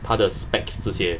他的 specs 这些